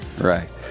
right